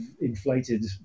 inflated